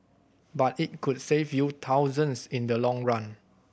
but it could save you thousands in the long run